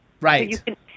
Right